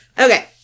Okay